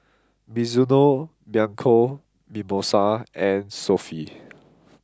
Mizuno Bianco Mimosa and Sofy